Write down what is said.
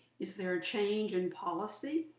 is there a change in policy.